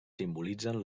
simbolitzen